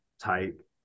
type